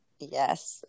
Yes